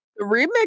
Remix